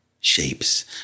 Shapes